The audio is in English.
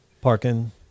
Parking